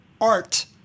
Art